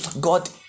God